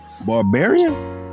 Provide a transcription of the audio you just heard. Barbarian